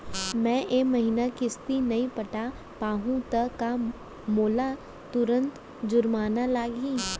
मैं ए महीना किस्ती नई पटा पाहू त का मोला तुरंत जुर्माना लागही?